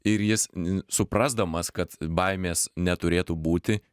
ir jis suprasdamas kad baimės neturėtų būti